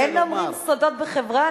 לא אומרים סודות בחברה,